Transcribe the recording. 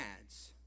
adds